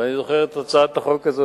ואני זוכר את הצעת החוק הזאת,